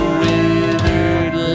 withered